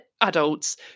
adults